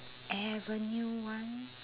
avenue one